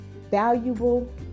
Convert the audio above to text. valuable